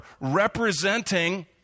representing